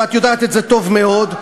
ואת יודעת את זה טוב מאוד.